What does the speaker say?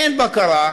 אין בקרה,